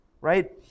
right